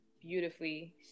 beautifully